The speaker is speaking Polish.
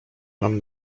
mam